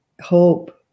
hope